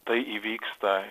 tai įvyksta